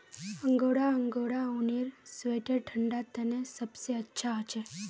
angora angora ऊनेर sweater ठंडा तने सबसे अच्छा हछे